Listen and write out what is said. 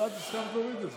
אבל את הסכמת להוריד את זה.